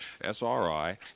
SRI